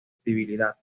sensibilidad